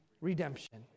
redemption